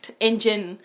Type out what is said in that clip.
engine